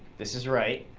this is right,